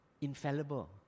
Infallible